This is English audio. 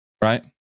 Right